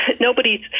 nobody's